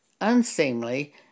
unseemly